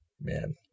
man